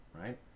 right